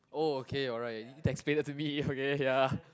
oh okay alright thanks to me okay ya